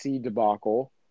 debacle